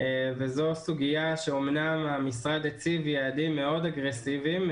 וזו סוגיה שאמנם המשרד הציב יעדים מאוד אגרסיביים,